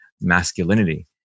masculinity